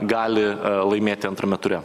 gali laimėti antrame ture